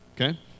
Okay